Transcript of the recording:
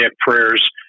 prayers